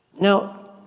Now